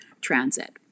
transit